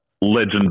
legend